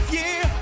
year